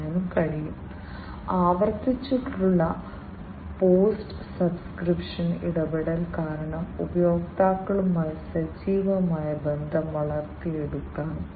അങ്ങനെ ചെയ്യുന്നതിലൂടെ സൂപ്പർമാർക്കറ്റുകളിൽ നിന്നുള്ള വിവിധ ഉൽപ്പന്നങ്ങൾ മോഷണം പോകുന്നത് ഒഴിവാക്കാനും കഴിയും